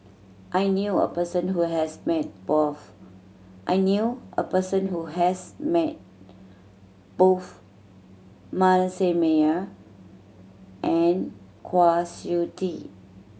I knew a person who has met both I knew a person who has met both Manasseh Meyer and Kwa Siew Tee